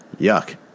yuck